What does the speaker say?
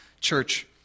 Church